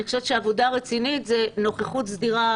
אני חושבת שעבודה רצינית היא נוכחות סדירה